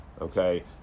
okay